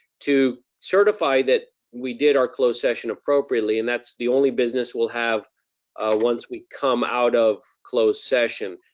to certify that we did our closed session appropriately, and that's the only business we'll have once we come out of closed session.